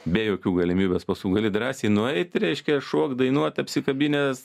be jokių galimybės pasų gali drąsiai nueit reiškia šokt dainuot apsikabinęs